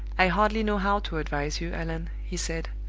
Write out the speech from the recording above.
i hardly know how to advise you, allan, he said.